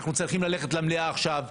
אנחנו צריכים ללכת למליאה עכשיו.